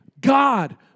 God